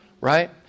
Right